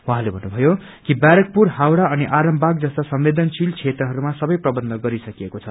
उहाँले भन्नुभयो कि बैरेकपुर हावडा अनि आरामबाग जस्ता संवदेनशील क्षेत्रहरूमा सवै प्रबन्ध गरिसकिएको छ